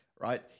right